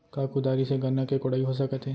का कुदारी से गन्ना के कोड़ाई हो सकत हे?